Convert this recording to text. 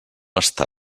està